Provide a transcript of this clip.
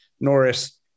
Norris